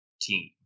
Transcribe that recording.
team